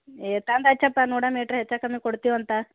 ಏಯ್ ತಂದು ಹಚ್ಚಪ್ಪ ನೋಡಣ ಎಷ್ಟ್ರ ಹೆಚ್ಚು ಕಮ್ಮಿ ಕೊಡ್ತೀವಿ ಅಂತ